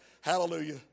Hallelujah